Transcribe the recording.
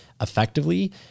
effectively